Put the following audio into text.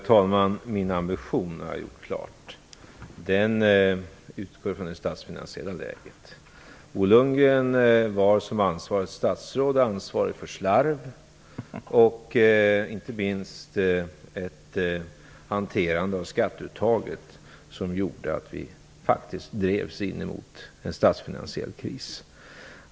Herr talman! Jag har gjort klart att min ambition utgår från det statsfinansiella läget. Bo Lundgren var, som ansvarigt statsråd, ansvarig för slarv och inte minst ett hanterande av skatteuttaget som gjorde att vi faktiskt drevs mot en statsfinansiell kris.